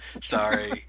sorry